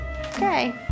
Okay